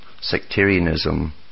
sectarianism